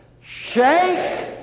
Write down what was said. shake